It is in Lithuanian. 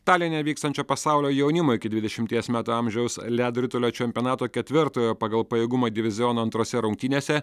taline vykstančio pasaulio jaunimo iki dvidešimties metų amžiaus ledo ritulio čempionato ketvirtojo pagal pajėgumą diviziono antrose rungtynėse